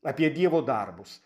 apie dievo darbus